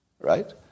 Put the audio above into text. right